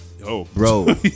bro